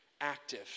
active